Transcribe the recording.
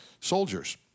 soldiers